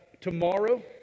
tomorrow